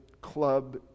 club